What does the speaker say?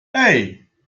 hey